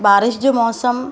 बारिश जे मौसमु